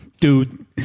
dude